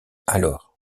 alors